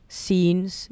scenes